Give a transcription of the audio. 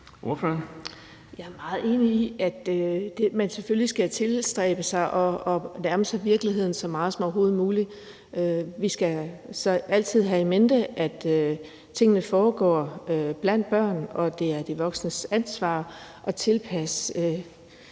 Jeg er meget enig i, at man selvfølgelig skal tilstræbe sig at nærme sig virkeligheden så meget som overhovedet muligt. Vi skal så altid have in mente, at tingene foregår blandt børn, og at det er de voksnes ansvar at tilpasse